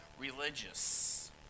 religious